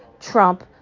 Trump